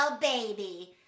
baby